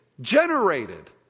generated